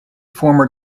former